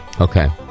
Okay